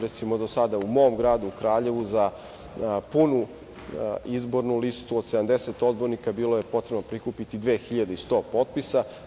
Recimo, u mom gradu, u Kraljevu, za punu izbornu listu od 70 odbornika bilo je potrebno prikupiti 2.100 potpisa.